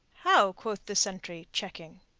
how? quoth the sentry, checking.